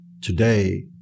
today